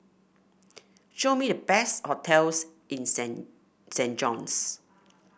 show me the best hotels in Saint Saint John's